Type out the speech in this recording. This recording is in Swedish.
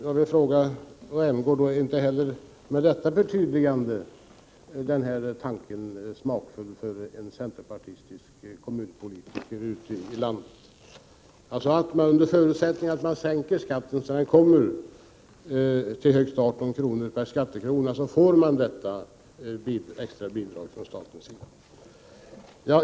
Jag vill fråga Rolf Rämgård: Är inte heller med det förtydligandet den här tanken smakfull för en centerpartistisk kommunpolitiker ute i landet — att man alltså får detta bidrag från staten under förutsättning att man sänker skatten så att den blir högst 18 kr. per skattekrona?